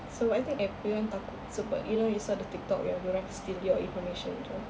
so everyone takut sebab you know you saw the TikTok yang dorang steal your information tu